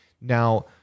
Now